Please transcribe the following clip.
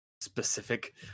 specific